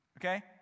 Okay